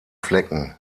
flecken